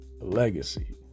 legacy